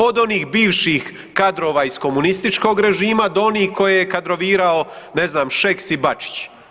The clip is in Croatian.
Od onih bivših kadrova iz komunističkog režima do onih koje je kadrovirao, ne znam, Šeks i Bačić.